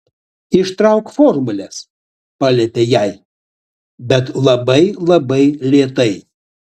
ištrauk formules paliepė jai bet labai labai lėtai